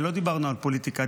ולא דיברנו על פוליטיקה.